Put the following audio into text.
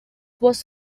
was